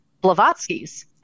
Blavatsky's